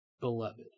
Beloved